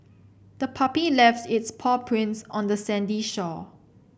the puppy left its paw prints on the sandy shore